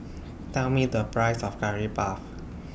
Tell Me The Price of Curry Puff